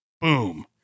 Boom